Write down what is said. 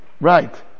Right